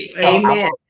Amen